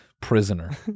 prisoner